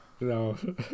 No